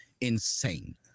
insane